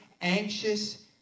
anxious